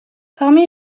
parmi